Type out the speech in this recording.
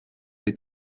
les